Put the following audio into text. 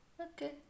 Okay